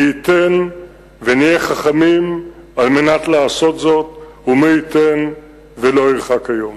מי ייתן ונהיה חכמים על מנת לעשות זאת ומי ייתן ולא ירחק היום.